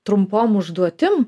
trumpom užduotim